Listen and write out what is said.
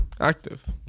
active